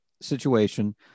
situation